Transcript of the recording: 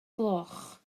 gloch